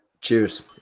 cheers